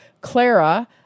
Clara